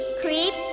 creep